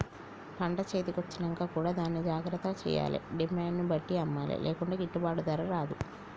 పంట చేతి కొచ్చినంక కూడా దాన్ని జాగ్రత్త చేయాలే డిమాండ్ ను బట్టి అమ్మలే లేకుంటే గిట్టుబాటు ధర రాదు